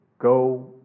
go